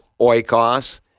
oikos